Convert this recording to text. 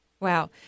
Wow